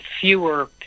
fewer